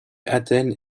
athènes